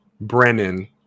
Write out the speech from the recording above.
Brennan